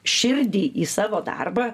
širdį į savo darbą